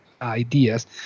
ideas